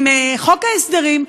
עם חוק ההסדרים,